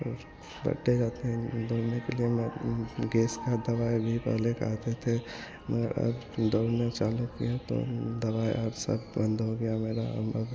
और जाते हैं घूमने के लिए मैं गैस की दवाई अभी पहले खाते थे मगर अब दौड़ना चालू किए तो दवाई और सब बन्द हो गई मेरी अब अब